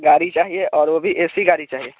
गाड़ी चाहिए और वो भी ए सी गाड़ी चाहिए